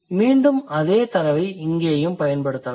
மீண்டும் அதே தரவை இங்கேயும் பயன்படுத்தலாம்